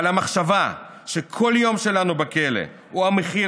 אבל המחשבה שכל יום שלנו בכלא הוא המחיר